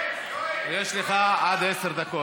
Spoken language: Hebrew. יש לך עד עשר דקות.